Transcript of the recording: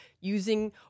using